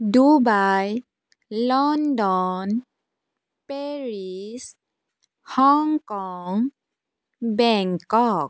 Dubai London Paris Hong Kong Bangkok